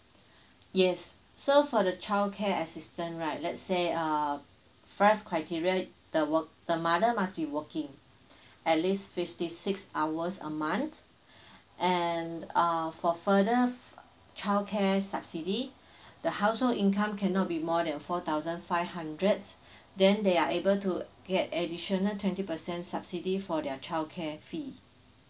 yes so for the childcare assistant right let's say uh five criteria the work the mother must be working at least fifty six hours a month and uh for further childcare subsidy the household income cannot be more than four thousand five hundred then they are able to get additional twenty percent subsidy for their childcare fee